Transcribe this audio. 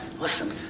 listen